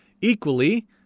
Equally